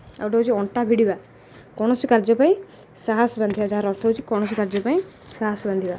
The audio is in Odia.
ଆଉ ଗୋଟେ ହେଉଛି ଅଣ୍ଟା ଭିିଡ଼ିବା କୌଣସି କାର୍ଯ୍ୟ ପାଇଁ ସାହସ ବାନ୍ଧିବା ଯାହାର ଅର୍ଥ ହେଉଛି କୌଣସି କାର୍ଯ୍ୟ ପାଇଁ ସାହସ ବାନ୍ଧିବା